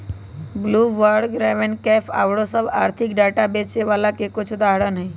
Bloomberg, RavenPack आउरो सभ आर्थिक डाटा बेचे बला के कुछ उदाहरण हइ